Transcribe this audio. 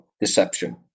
deception